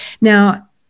Now